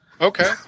Okay